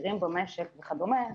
בכירים במשק וכדומה,